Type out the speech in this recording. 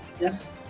Yes